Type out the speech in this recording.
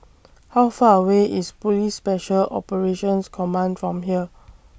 How Far away IS Police Special Operations Command from here